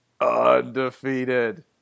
Undefeated